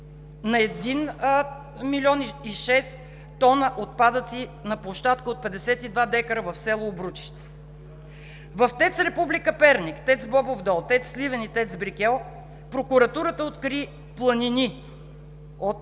на един милион и 6 тона отпадъци на площадка от 52 декара в село Обручище. В ТЕЦ „Република“ Перник, ТЕЦ „Бобов дол“, ТЕЦ „Сливен“ и ТЕЦ „Брикел“ прокуратурата откри планини от